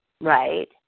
right